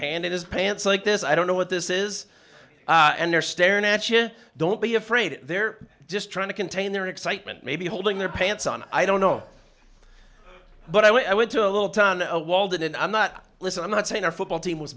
hand in his pants like this i don't know what this is and they're staring at you don't be afraid they're just trying to contain their excitement maybe holding their pants on i don't know but i went to a little town a walled in and i'm not listen i'm not saying our football team was